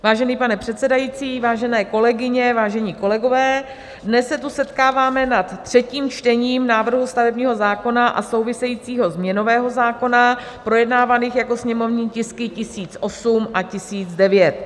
Vážený pane předsedající, vážené kolegyně, vážení kolegové, dnes se tu setkáváme nad třetím čtením návrhu stavebního zákona a souvisejícího změnového zákona, projednávaných jako sněmovní tisky 1008 a 1009.